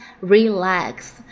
relax